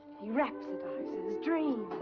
he rhapsodizes, dreams.